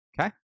Okay